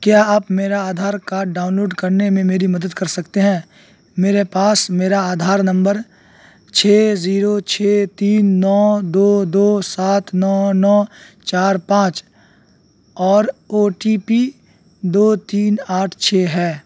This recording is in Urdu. کیا آپ میرا آدھار کاڈ ڈاؤنلوڈ کرنے میں میری مدد کر سکتے ہیں میرے پاس میرا آدھار نمبر چھ زیرو چھ تین نو دو دو سات نو نو چار پانچ اور او ٹی پی دو تین آٹھ چھ ہے